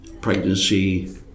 pregnancy